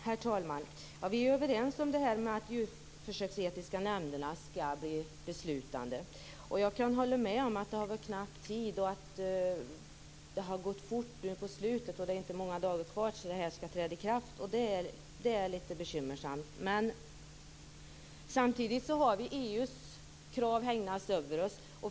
Herr talman! Vi är överens om att de djurförsöksetiska nämnderna skall bli beslutande. Jag kan hålla med om att tiden har varit knapp och att det har gått fort nu på slutet. Det är ju inte många dagar kvar tills detta skall träda i kraft, och det är litet bekymmersamt. Men samtidigt har vi EU:s krav hängande över oss.